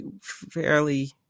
fairly